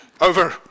Over